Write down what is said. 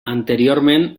anteriorment